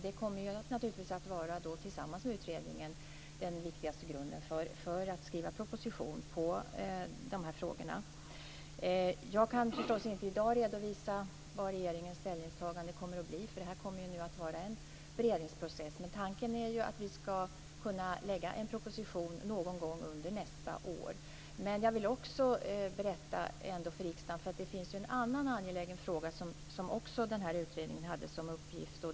De kommer naturligtvis att tillsammans med utredningen vara den viktigaste grunden för den proposition som ska skrivas utifrån de här frågorna. Jag kan förstås inte i dag redovisa vad regeringens ställningstagande kommer att bli. Det kommer nu att bli en beredningsprocess. Men tanken är att vi ska kunna lägga fram en proposition någon gång under nästa år. Jag vill ändå berätta för riksdagen att den här utredningen också hade en annan angelägen fråga som uppgift.